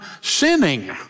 sinning